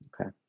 okay